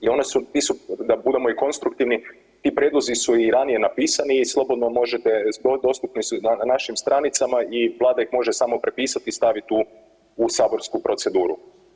I one su, da budemo i konstruktivni ti prijedlozi su i ranije napisani i slobodno možete, dostupni su i na našim stranicama i Vlada ih može samo prepisati i staviti u saborsku proceduru.